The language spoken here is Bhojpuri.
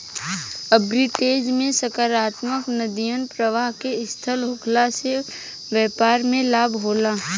आर्बिट्रेज में सकारात्मक नगदी प्रबाह के स्थिति होखला से बैपार में लाभ होला